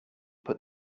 put